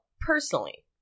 personally